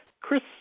Chris